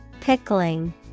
Pickling